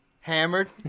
hammered